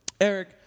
Eric